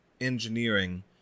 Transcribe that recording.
engineering